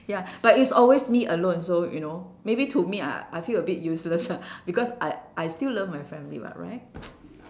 ya but it's always me alone so you know maybe to me I I feel a bit useless ah because I I still love my family [what] right